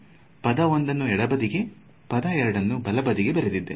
ಪದ 1 ನ್ನು ಎಡಬದಿಗೆ ಪದ 2 ಅನ್ನು ಬಲ ಬದಿಗೆ ಬರೆದಿದ್ದೇನೆ